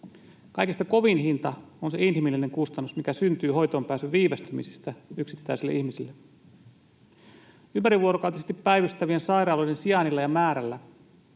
Kaikista kovin hinta on se inhimillinen kustannus, mikä syntyy hoitoonpääsyn viivästymisestä yksittäisille ihmisille. Ympärivuorokautisesti päivystävien sairaaloiden sijainnilla ja määrällä